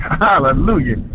hallelujah